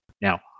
Now